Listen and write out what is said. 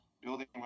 building